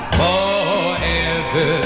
forever